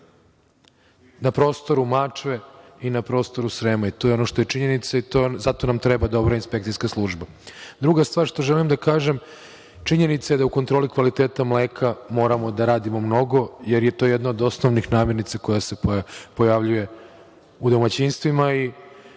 na prostoru Mačve, i na prostoru Sreman. To je ono što je činjenica i zato nam treba dobra inspekcijska služba. Druga stvar što želim da kažem, činjenica je da u kontroli kvaliteta mleka moramo da radimo mnogo, jer je to jedna od osnovnih namirnica koja se pojavljuje u domaćinstvima.